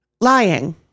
Lying